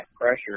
pressure